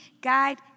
guide